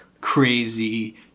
crazy